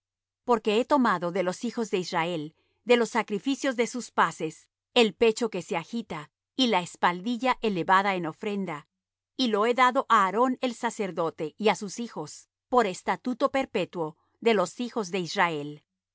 porque he tomado de los hijos de israel de los sacrificios de sus paces el pecho que se agita y la espaldilla elevada en ofrenda y lo he dado á aarón el sacerdote y á sus hijos por estatuto perpetuo de los hijos de israel